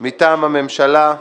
מטעם הממשלה.